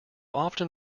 often